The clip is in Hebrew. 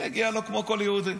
מגיע לו, כמו כל יהודי.